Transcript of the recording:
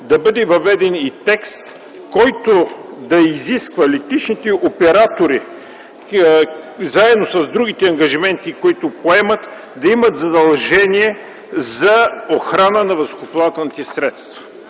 да бъде въведен и текст, който да изисква летищните оператори, заедно с другите ангажименти, които поемат, да имат задължение за охрана на въздухоплавателните средства.